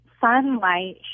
sunlight